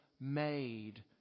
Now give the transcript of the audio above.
made